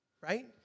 right